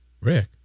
rick